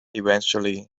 eventually